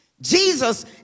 Jesus